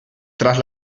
tras